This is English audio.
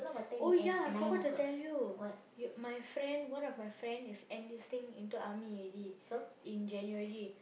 oh ya I forgot to tell you you my friend one of my friend is enlisting into army already in January